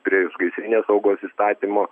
priešgaisrinės saugos įstatymo